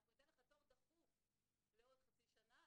אנחנו ניתן לך תור דחוף לעוד חצי שנה.